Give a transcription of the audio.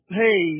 hey